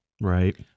right